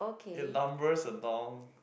it lumbers along